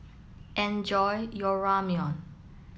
enjoy your Ramyeon